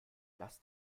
lass